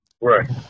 Right